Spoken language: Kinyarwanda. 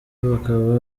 bakaba